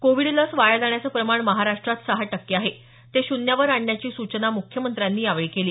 Covid लस वाया जाण्याचं प्रमाण महाराष्ट्रात सहा टक्के आहे ते शून्यावर आणण्याची सूचना मुख्यमंत्र्यांनी केली